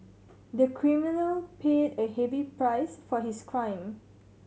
the criminal paid a heavy price for his crime